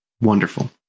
wonderful